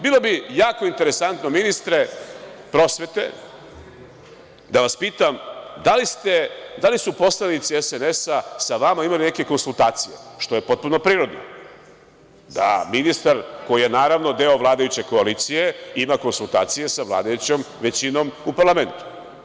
Bilo bi jako interesantno, ministre prosvete, da vas pitam – da li su poslanici SNS sa vama imali neke konsultacije, što je potpuno prirodno da ministar koji je deo vladajuće koalicije ima konsultacije sa vladajućom većinom u parlamentu.